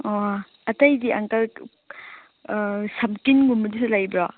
ꯑꯣ ꯑꯇꯩꯗꯤ ꯑꯪꯀꯜ ꯁꯝꯇꯤꯟꯒꯨꯝꯕꯗꯨꯁꯨ ꯂꯩꯕ꯭ꯔꯣ